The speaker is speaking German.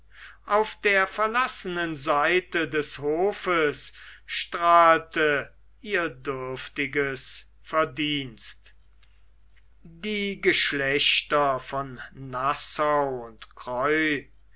auf der verlassenen seite des hofes strahlte ihr dürftiges verdienst die geschlechter von nassau und croi